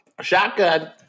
Shotgun